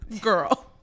girl